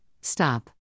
stop